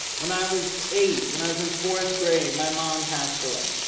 when i was eight, when i was in fourth grade, my mom passed away.